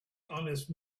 honest